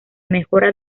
mejora